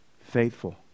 faithful